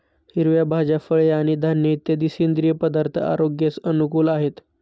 हिरव्या भाज्या, फळे आणि धान्य इत्यादी सेंद्रिय पदार्थ आरोग्यास अनुकूल आहेत